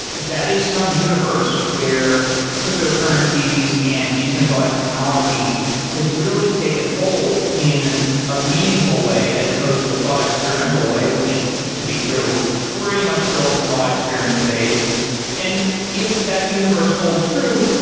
that is some universe where cryptocurrencies and decentralized technology has really taken hold in a meaningful way as opposed to a thought experimental way, which to be clear we're pretty much still in the thought experiment phase and if that universe holds true,